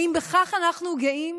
האם בכך אנחנו גאים?